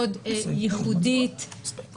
שעדין ניתן לומר שחמישית לא יהיה מספיק שינוי,